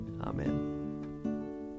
Amen